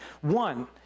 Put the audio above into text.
one